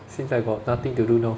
since I got nothing to do now